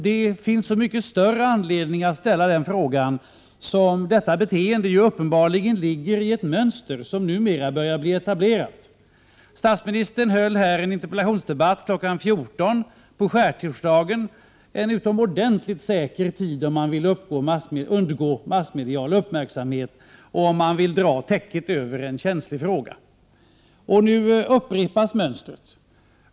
Det finns så mycket större anledning att ställa den frågan som detta beteende uppenbarligen ingår i ett mönster som numera börjar bli etablerat. Statsministern höll här i riksdagen en interpellationsdebatt kl. 14.00 på skärtorsdagen, en utomordentligt säker tidpunkt, om man vill undgå massmedial uppmärksamhet och om man vill dra täcket över en känslig fråga. Nu upprepas mönstret.